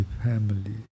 family